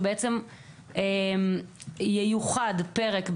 וייוחד פרק,